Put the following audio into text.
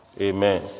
amen